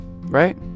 Right